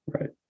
Right